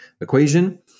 equation